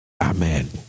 Amen